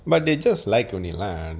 but they just like only lah